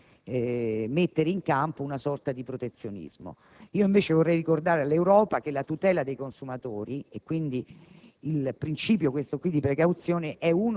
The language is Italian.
accusandoci di mettere in campo una sorta di protezionismo. Io, invece, vorrei ricordare all'Europa che la tutela dei consumatori, e quindi